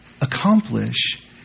accomplish